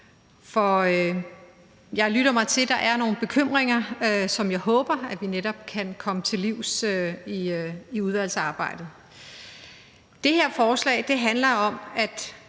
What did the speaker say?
Jeg lytter mig til, at der er nogle bekymringer, som jeg håber vi kan komme til livs i netop udvalgsarbejdet. Det her forslag handler om at